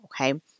Okay